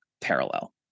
parallel